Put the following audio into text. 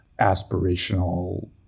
aspirational